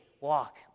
walk